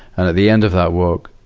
and at the end of that walk,